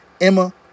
Emma